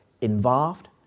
involved